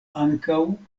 ankaŭ